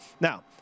Now